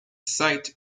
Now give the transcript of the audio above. sight